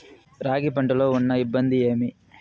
రాగి పంటలో ఉన్న ఇబ్బంది ఏమి?